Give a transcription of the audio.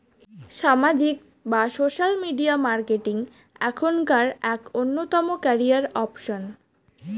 সামাজিক বা social media marketing এখনকার এক অন্যতম ক্যারিয়ার অপশন